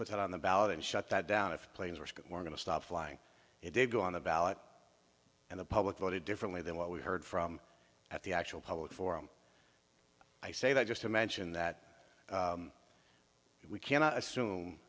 it on the ballot and shut that down if planes were going to stop flying it did go on the ballot and the public voted differently than what we heard from at the actual public forum i say that just to mention that we cannot assume